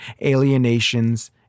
alienations